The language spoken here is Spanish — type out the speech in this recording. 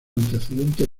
antecedentes